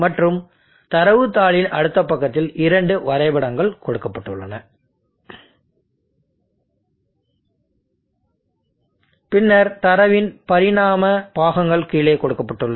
மற்றும் தரவுத் தாளின் அடுத்த பக்கத்தில் இரண்டு வரைபடங்கள் கொடுக்கப்பட்டுள்ளன பின்னர் தரவின் பரிமாண பாகங்கள் கீழே கொடுக்கப்பட்டுள்ளன